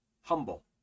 humble